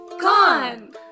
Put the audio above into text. Gone